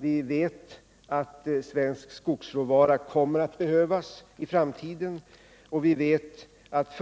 Vi vet att svensk skogsråvara kommer att behövas i framtiden och att